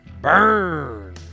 Burn